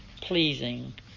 pleasing